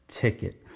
ticket